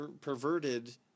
perverted